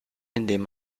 indem